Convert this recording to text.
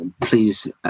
Please